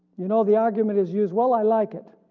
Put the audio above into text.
you know the argument is used well i like it,